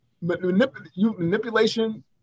manipulation